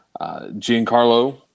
Giancarlo